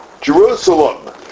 Jerusalem